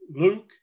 Luke